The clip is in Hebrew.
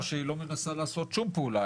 או שהיא לא מנסה לעשות שום פעולה.